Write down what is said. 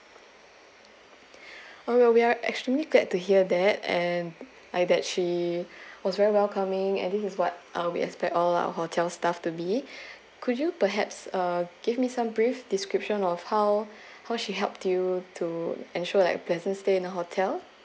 oh we are extremely glad to hear that and I that she was very welcoming and this is what uh we expect all our hotel staff to be could you perhaps uh give me some brief description of how how she helped you to ensure like pleasant stay in a hotel